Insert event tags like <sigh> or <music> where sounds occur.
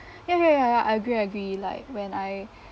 ya ya ya ya I agree I agree like when I <breath>